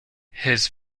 his